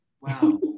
Wow